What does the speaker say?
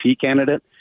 candidate